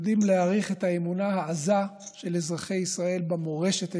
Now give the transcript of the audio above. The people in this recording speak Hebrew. יודעים להעריך את האמונה העזה של אזרחי ישראל במורשת היהודית,